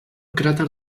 cràter